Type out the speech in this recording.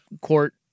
court